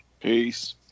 Peace